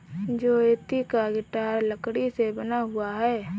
ज्योति का गिटार लकड़ी से बना हुआ है